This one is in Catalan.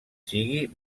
sigui